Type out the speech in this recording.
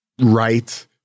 right